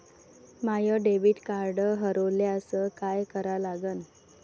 माय debit card हरोल्यास काय करा लागन?